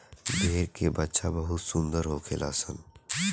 भेड़ के बच्चा बहुते सुंदर होखेल सन